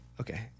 Okay